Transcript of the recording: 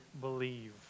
believe